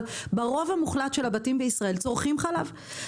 אבל ברוב המוחלט של הבתים בישראל צורכים חלב,